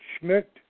Schmidt